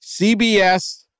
CBS